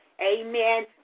Amen